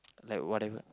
like whatever